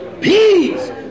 peace